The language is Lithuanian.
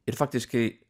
ir faktiškai